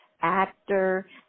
actor